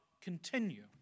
continue